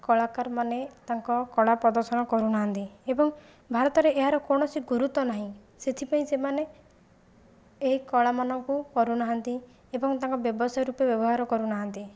କଳାକାରମାନେ ତାଙ୍କ କଳା ପ୍ରଦର୍ଶନ କରୁନାହାନ୍ତି ଏବଂ ଭାରତରେ ଏହାର କୌଣସି ଗୁରୁତ୍ଵ ନାହିଁ ସେଥିପାଇଁ ସେମାନେକ ଏହି କଳାମାନଙ୍କୁ କରୁ ନାହାନ୍ତି ଏବଂ ତାଙ୍କ ବ୍ୟବସାୟ ରୂପେ ବ୍ୟବହାର କରୁନାହାନ୍ତି